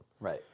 Right